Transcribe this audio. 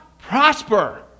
prosper